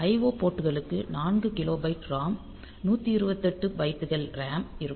IO போர்ட்டுகளுக்கு 4 kilobyte ROM 128 பைட்டுகள் RAM இருக்கும்